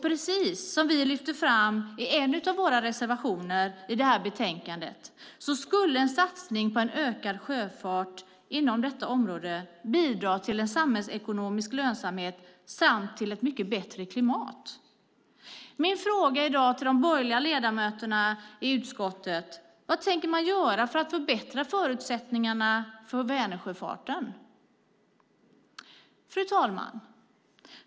Precis som vi lyfter fram i en av våra reservationer i det här betänkandet skulle en satsning på en ökad sjöfart inom detta område bidra till en samhällsekonomisk lönsamhet samt till ett mycket bättre klimat. Min fråga i dag till de borgerliga ledamöterna i utskottet är: Vad tänker ni göra för att förbättra förutsättningarna för Vänersjöfarten? Fru talman!